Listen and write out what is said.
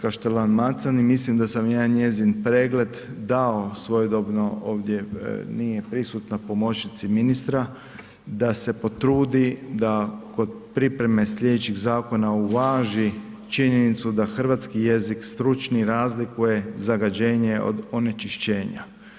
Kaštelan Macan i mislim da sam ja njezin pregled dao pregled dao svojedobno, ovdje nije prisutna, pomoćnici ministra, da se potrudi da kod pripreme slijedećih zakona uvaži činjenicu da hrvatski jezik stručni razlikuje „zagađenje“ od „onečišćenja“